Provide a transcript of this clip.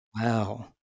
Wow